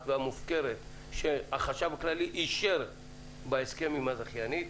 והמופקרת שהחשב הכללי אישר בהסכם עם הזכיינית,